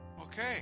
Okay